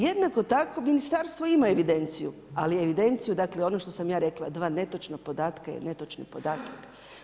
Jednako tako ministarstvo ima evidenciju ali evidenciju, ono što sam ja rekla, dva netočna podatka je netočan podatak.